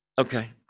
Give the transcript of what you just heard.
Okay